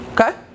Okay